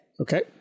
okay